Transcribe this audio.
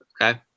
Okay